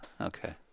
Okay